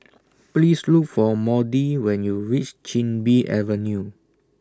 Please Look For Maudie when YOU REACH Chin Bee Avenue